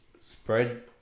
spread